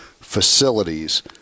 facilities